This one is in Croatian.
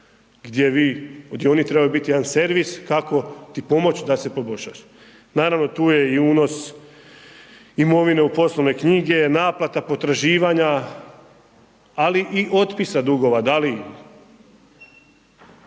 gdje oni trebaju biti jedan servis kako ti pomoć da se poboljšaš. Naravno, tu je i unos imovine u poslovne knjige, naplata potraživanja, ali i otpisa dugova,